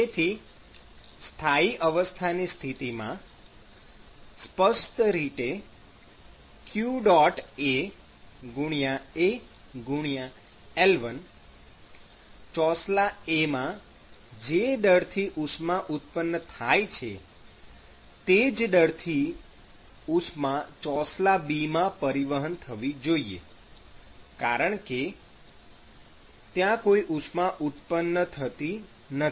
તેથી સ્થાયી અવસ્થાની સ્થિતિમાં સ્પષ્ટ રીતે qAAL1 ચોસલા A માં જે દરથી ઉષ્મા ઉત્પન્ન થાય છે તે જ દરથી ઉષ્મા ચોસલા B માં પરિવહન થવી જોઈએ કારણ કે ત્યાં કોઈ ઉષ્મા ઉત્પન્ન થતી નથી